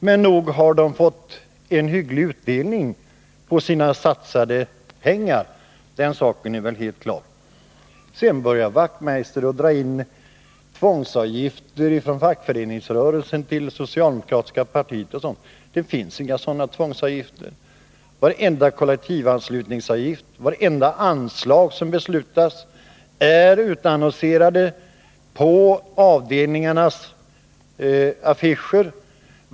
Men nog har man fått en hygglig utdelning på sina satsade pengar, den saken är väl helt klar. Sedan började herr Wachtmeister dra in tvångsavgifter från fackföreningsrörelsen till det socialdemokratiska partiet. Det finns inga sådana tvångsavgifter. Varenda kollektivanslutningsavgift, vartenda anslag som beslutas är utannonserade på avdelningarnas affischer.